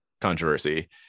controversy